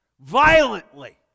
violently